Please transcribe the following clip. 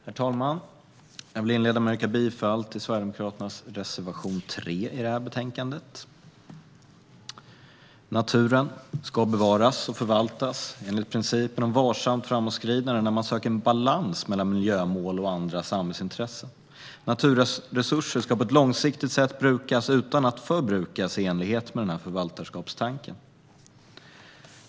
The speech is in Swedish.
Herr talman! Jag vill inleda med att yrka bifall till Sverigedemokraternas reservation 3 i det här betänkandet. Naturen ska bevaras och förvaltas enligt principen om varsamt framåtskridande, där man söker en balans mellan miljömål och andra samhällsintressen. Naturresurser ska på ett långsiktigt sätt brukas utan att förbrukas, i enlighet med förvaltarskapstanken.